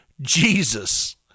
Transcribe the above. Jesus